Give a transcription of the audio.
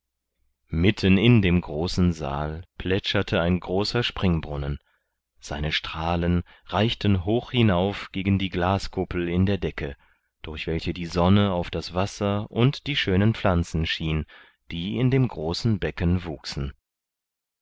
mitten in dem größten saal plätscherte ein großer springbrunnen seine strahlen reichten hoch hinauf gegen die glaskuppel in der decke durch welche die sonne auf das wasser und die schönen pflanzen schien die in dem großen becken wuchsen